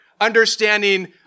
understanding